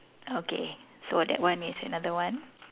okay so that one is another one